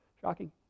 Shocking